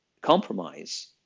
compromise